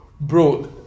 bro